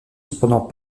cependant